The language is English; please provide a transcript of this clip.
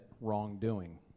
wrongdoing